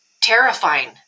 terrifying